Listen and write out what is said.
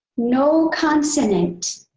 no consonant.